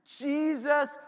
Jesus